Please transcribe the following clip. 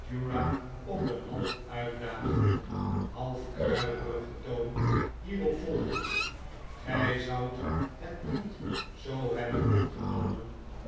op een half uitdagenden half kruiperigen toon hierop volgen gij zoudt het niet zoo hebben opgenomen